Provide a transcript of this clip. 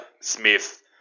Smith